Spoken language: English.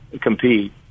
compete